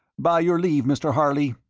by your leave, mr. harley,